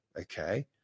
Okay